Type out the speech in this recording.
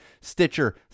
Stitcher